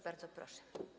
Bardzo proszę.